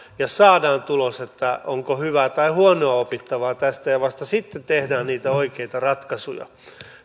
ja saadaan tulos onko hyvää tai huonoa opittavaa tästä ja vasta sitten tehdään niitä oikeita ratkaisuja